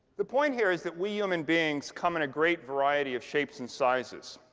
the point here is that we human beings come in a great variety of shapes and sizes.